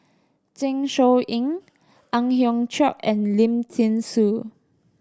Zeng Shouyin Ang Hiong Chiok and Lim Thean Soo